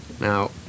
Now